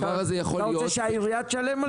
אתה רוצה שהעירייה תשלם על זה?